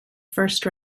first